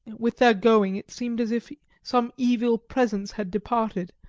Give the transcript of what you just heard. with their going it seemed as if some evil presence had departed,